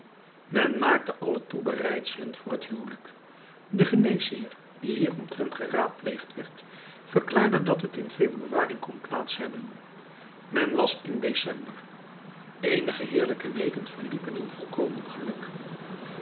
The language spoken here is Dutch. men maakte alle toebereidselen voor het huwelijk de geneesheer die hieromtrent geraadpleegd werd verklaarde dat het in februari kon plaats hebben men was in december eenige heerlijke weken verliepen in volkomen geluk